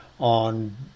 on